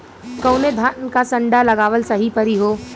कवने धान क संन्डा लगावल सही परी हो?